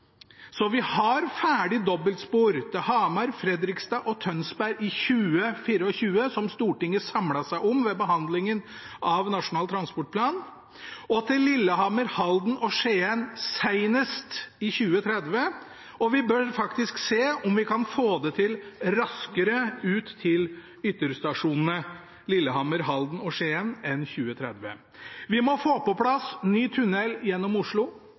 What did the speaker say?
vi har ferdig dobbeltspor til Hamar, Fredrikstad og Tønsberg i 2024, som Stortinget samlet seg om ved behandlingen av Nasjonal transportplan, og til Lillehammer, Halden og Skien senest i 2030, og vi bør faktisk se om vi kan få det til raskere ut til ytterstasjonene Lillehammer, Halden og Skien enn 2030. Vi må få på plass ny tunnel gjennom Oslo.